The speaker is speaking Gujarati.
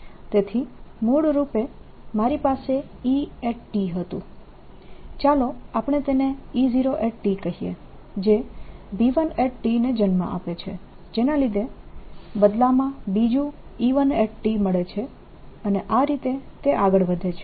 તેથી મૂળરૂપે મારી પાસે E હતું ચાલો આપણે તેને E0 કહીએ જે B1 ને જન્મ આપે છે જેના લીધે બદલામાં બીજુ E1 મળે છે અને આ રીતે તે આગળ વધે છે